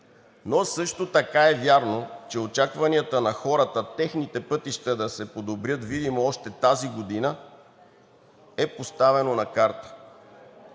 Но също така е вярно, че очакванията на хората техните пътища да се подобрят видимо още тази година са поставени на карта.